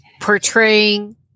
portraying